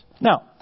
Now